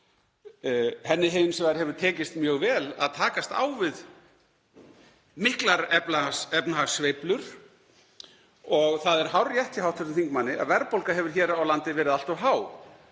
Henni hefur hins vegar tekist mjög vel að takast á við miklar efnahagssveiflur og það er hárrétt hjá hv. þingmanni að verðbólga hefur hér á landi verið allt of há